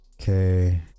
okay